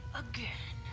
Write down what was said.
again